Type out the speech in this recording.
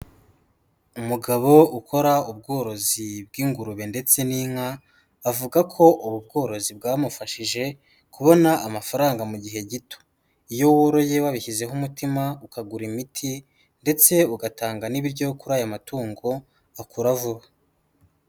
Umugabo ukora ubworozi bw'ingurube ndetse n'inka, avuga ko ubu bworozi bwamufashije kubona amafaranga mu gihe gito. Iyo woroye wabishyizeho umutima ukagura imiti ndetse ugatanga n'ibiryo kuri aya matungo akura vuba.